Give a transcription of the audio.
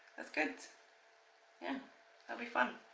that's good yeah that'll be fun.